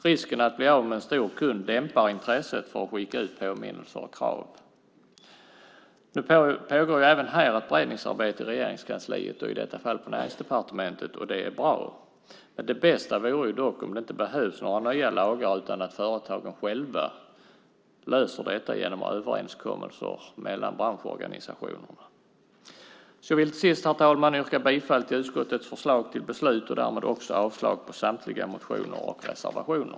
Risken att bli av med en stor kund dämpar intresset för att skicka ut påminnelser och krav. Nu pågår även här ett beredningsarbete i Regeringskansliet och i detta fall på Näringsdepartementet, och det är bra. Det bästa vore dock om det inte behövdes några nya lagar utan att företagen själva löser detta genom överenskommelser mellan branschorganisationerna. Jag vill till sist, herr talman, yrka bifall till utskottets förslag till beslut och därmed också avslag på samtliga motioner och reservationer.